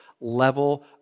level